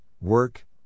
work